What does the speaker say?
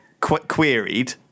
queried